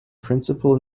principal